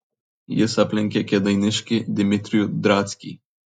jis aplenkė kėdainiškį dimitrijų drackį